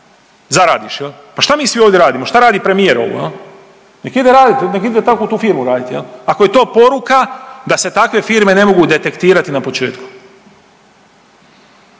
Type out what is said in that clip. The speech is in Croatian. zaradiš? Pa šta mi svi ovdje radimo, šta radi premijer ovo? Nek ide radit, nek ide tako u tu firmu radit, ako je to poruka da se takve firme ne mogu detektirati na početku.